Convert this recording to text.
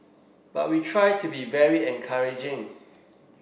but we try to be very encouraging